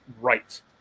right